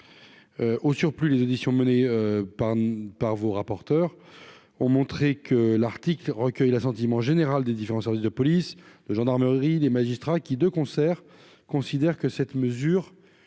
Au surplus, les auditions menées par par vos rapporteurs ont montré que l'article recueille l'assentiment général des différents services de police, les gendarmeries, les magistrats qui, de concert. Considère que cette mesure